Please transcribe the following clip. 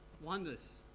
wonders